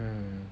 mm